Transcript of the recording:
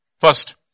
First